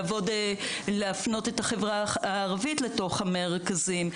משתדלים להפנות את החברה הערבית למרכזים.